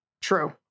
True